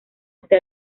este